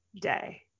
day